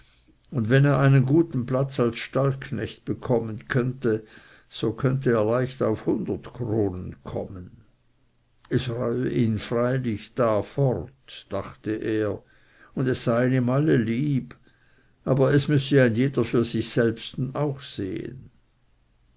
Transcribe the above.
und wenn er einen guten platz als stallknecht bekommen könnte so könnte er leicht auf hundert kronen kommen es reue ihn freilich da fort dachte er und es seien ihm alle lieb aber es müsse ein jeder für sich selbsten auch sehen